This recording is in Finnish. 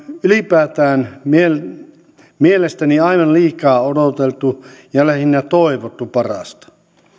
ylipäätään mielestäni aivan liikaa odoteltu ja lähinnä toivottu parasta